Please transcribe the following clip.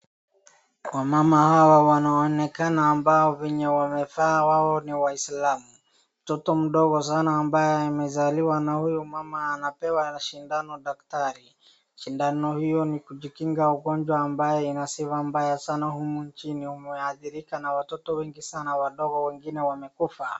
Wamama hawa wanaonekana ambao venye wamevaa wao ni waislamu. mtoto mdogo sana ambaye amezaliwa na huyu mama anapewa sindano na daktari. Sindano hiyo ni kujikinga ugonjwa ambaye ina sifa mbaya humu nchini, umeathirika na watoto wengi sana wadogo wengine wamekufa.